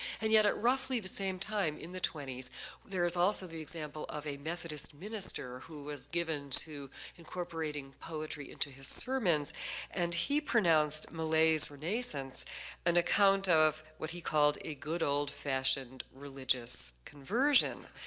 and yet at roughly the same time, in the twenty so also the example of a methodist minister who was given to incorporating poetry into his sermons and he pronounced millay's renascence an account of what he called a good, old-fashioned religious conversion,